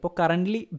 currently